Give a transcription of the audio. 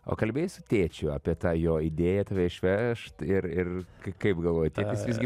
o kalbėjai su tėčiu apie tą jo idėją tave išvežt ir ir kaip galvoji tėtis visgi